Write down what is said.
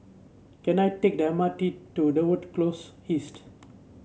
can I take the M R T to Dover Close East